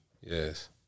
Yes